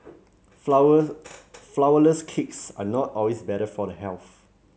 flour flourless cakes are not always better for the health